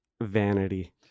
Vanity